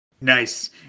nice